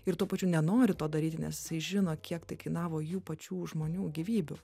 ir tuo pačiu nenori to daryti nes jisai žino kiek tai kainavo jų pačių žmonių gyvybių